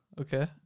Okay